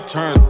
Turn